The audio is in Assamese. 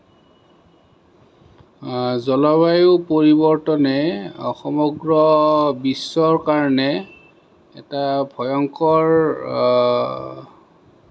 জলবায়ুৰ পৰিৱৰ্তনে সমগ্ৰ বিশ্বৰ কাৰণে এটা ভয়ংকৰ